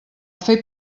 fet